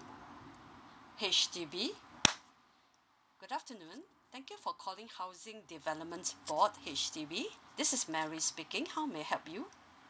H_D_B good afternoon thank you for calling housing development board H_D_B this is mary speaking how may I help you